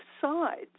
sides